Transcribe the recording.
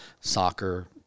soccer